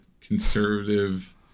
conservative